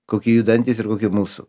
kokie jų dantys ir kokie mūsų